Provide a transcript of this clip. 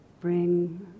bring